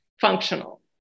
functional